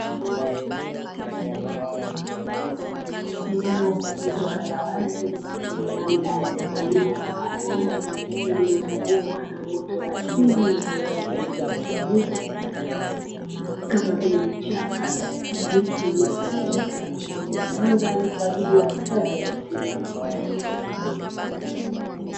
Eneo kubwa la wazi lenye ardhi yenye milima na mabonde, lililozungukwa na uoto wa asili wenye rangi ya kijani kibichi, kama vile vichaka, na miti iliyotawanyika na kutengeneza mandhari kwa ajili ya hifadhi ya msitu.